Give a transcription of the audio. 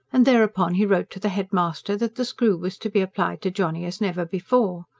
and thereupon he wrote to the headmaster that the screw was to be applied to johnny as never before.